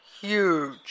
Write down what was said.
huge